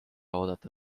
oodata